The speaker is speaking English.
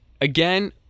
Again